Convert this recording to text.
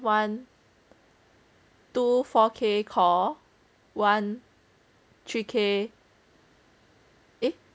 one two four K call one three K eh